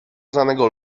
znanego